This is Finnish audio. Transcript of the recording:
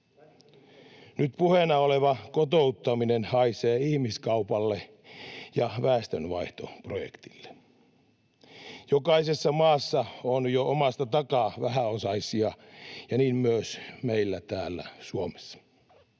Nyt puheena oleva kotouttaminen haisee ihmiskaupalle ja väestönvaihtoprojektille. Jokaisessa maassa on jo omasta takaa vähäosaisia. Niin myös meillä täällä Suomessa,